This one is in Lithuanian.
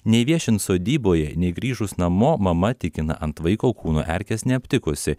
nei viešint sodyboje nei grįžus namo mama tikina ant vaiko kūno erkės neaptikusi